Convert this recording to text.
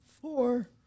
four